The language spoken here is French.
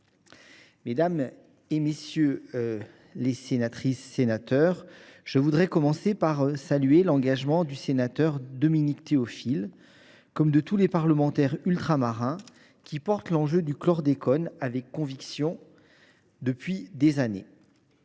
Mesdames les sénatrices, messieurs les sénateurs, je voudrais commencer par saluer l’engagement du sénateur Dominique Théophile, comme celui de tous les parlementaires ultramarins, qui portent l’enjeu du chlordécone avec conviction depuis des années.